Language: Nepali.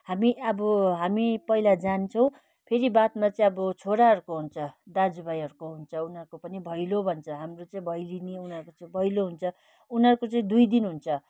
हामी अब हामी पहिला जान्छौँ फेरि बादमा चाहिँ अब छोराहरूको हुन्छ दाजु भाइहरूको हुन्छ उनीहरूको पनि भैलो भन्छ हाम्रो चाहिँ भैलेनी उनीहरूको चाहिँ भैलो हुन्छ उनीहरूको चाहिँ दुई दिन हुन्छ